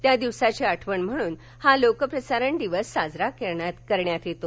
त्या दिवसाची आठवण म्हणून हा लोक्प्रसारण दिवस साजरा करण्यात येतो